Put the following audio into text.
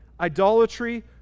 idolatry